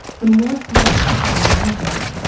the more times people imagined it,